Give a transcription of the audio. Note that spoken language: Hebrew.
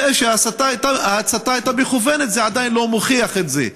זה שההצתה הייתה מכוונת, זה עדיין לא מוכיח את זה.